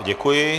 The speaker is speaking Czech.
Děkuji.